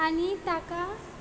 आनी ताका